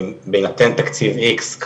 בהינתן תקציב איקס,